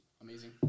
amazing